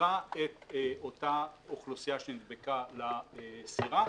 שמסירה את אותה אוכלוסייה שנדבקה לסירה,